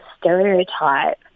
stereotype